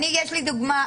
יש לי דוגמה,